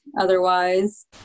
Otherwise